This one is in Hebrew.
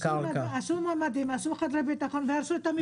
עשו ממ"דים, עשו חדרי ביטחון והרסו את המבנה.